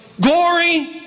glory